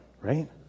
Right